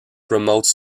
promote